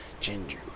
ginger